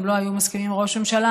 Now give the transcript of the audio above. הם גם לא היו מסכימים עם ראש ממשלה,